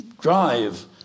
drive